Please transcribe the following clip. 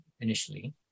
initially